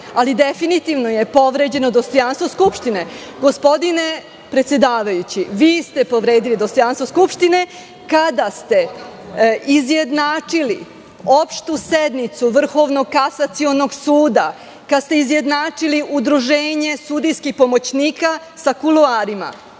itd. Definitivno je povređeno dostojanstvo Skupštine. Gospodine predsedavajući, vi ste povredili dostojanstvo Skupštine kada ste izjednačili opštu sednicu Vrhovnog kasacionog suda, kada ste izjednačili Udruženje sudijskih pomoćnika sa kuloarima.